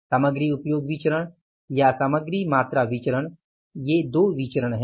सामग्री उपयोग विचरण या सामग्री मात्रा विचरण ये 2 विचरण हैं